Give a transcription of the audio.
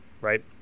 right